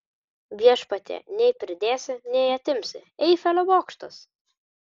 viešpatie nei pridėsi nei atimsi eifelio bokštas